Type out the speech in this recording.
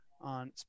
on